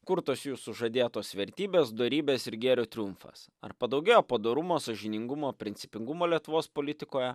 kur tos jūsų žadėtos vertybės dorybės ir gėrio triumfas ar padaugėjo padorumo sąžiningumo principingumo lietuvos politikoje